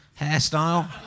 hairstyle